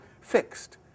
fixed